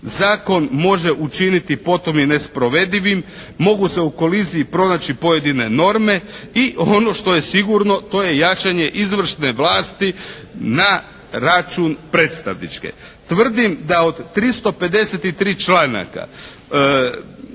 zakon može učiniti potom i nesprovedivim, mogu se u koaliziji pronaći pojedine norme i ono što je sigurno to je jačanje izvršne vlasti na račun predstavničke. Tvrdim da od 353 članaka